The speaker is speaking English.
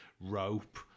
Rope